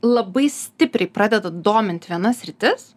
labai stipriai pradeda dominti viena sritis